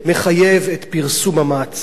מחייב את פרסום המעצר.